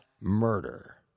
murder